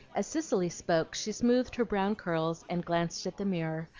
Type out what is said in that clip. as cicely spoke, she smoothed her brown curls and glanced at the mirror,